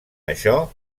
això